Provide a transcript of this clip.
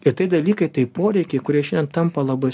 ir tai dalykai tai poreikiai kurie šiandien tampa labai